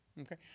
Okay